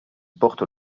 porte